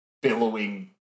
billowing